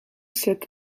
cette